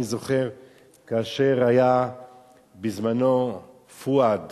אני זוכר שכאשר בזמנו פואד